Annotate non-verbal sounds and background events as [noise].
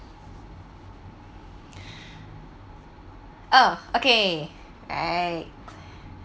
[breath] uh okay right